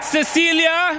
Cecilia